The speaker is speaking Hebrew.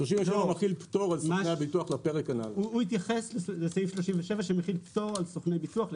הוא התייחס לסעיף 37 שמחיל פטור על סוכני ביטוח.